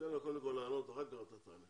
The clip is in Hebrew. תן לו קודם כל לענות, אחר כך אתה תענה.